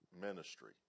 ministry